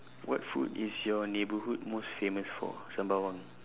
what food is your neighbourhood most famous for sembawang